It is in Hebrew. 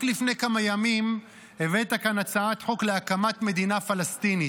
רק לפני כמה ימים הבאת כאן הצעת חוק להקמת מדינה פלסטינית.